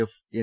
F N